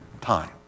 time